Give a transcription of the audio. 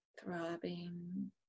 throbbing